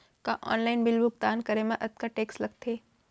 का online bill भुगतान करे मा अक्तहा टेक्स लगथे?